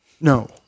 No